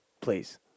Please